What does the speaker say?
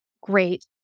great